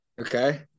Okay